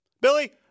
Billy